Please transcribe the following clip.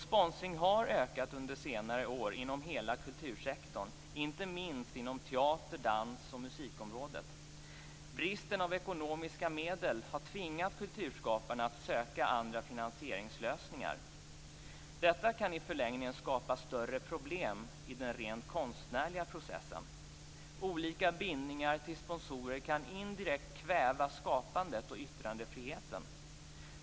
Sponsringen har ökat under senare år inom hela kultursektorn, inte minst inom teater-, dans och musikområdet. Bristen på ekonomiska medel har tvingat kulturskaparna att söka andra finansieringslösningar. Detta kan i förlängningen skapa större problem i den rent konstnärliga processen. Olika bindningar till sponsorer kan indirekt kväva skapandet och yttrandefriheten.